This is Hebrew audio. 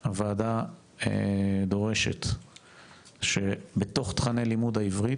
הוועדה דורשת שבתוך תכני לימוד העברית,